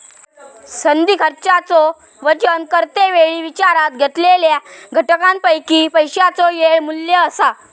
संधी खर्चाचो वजन करते वेळी विचारात घेतलेल्या घटकांपैकी पैशाचो येळ मू्ल्य असा